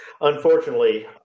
Unfortunately